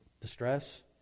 distress